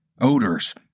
odors